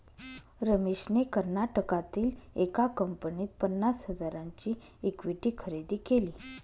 रमेशने कर्नाटकातील एका कंपनीत पन्नास हजारांची इक्विटी खरेदी केली